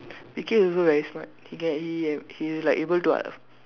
P K also very smart but he like he's like able to have